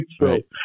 right